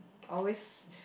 always